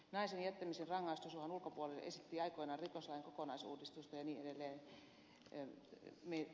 naisen jättämistä rangaistusuhan ulkopuolelle esitti aikoinaan rikoslain kokonaisuudistusta ja niin edelleen